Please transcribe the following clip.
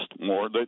more